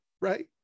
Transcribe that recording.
right